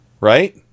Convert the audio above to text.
right